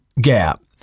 gap